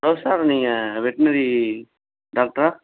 hello sir நீங்கள் veterinary டாக்ட்ரா